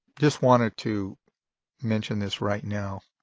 just wanted to mention this right now.